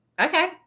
okay